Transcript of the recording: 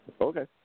Okay